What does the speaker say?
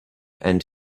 and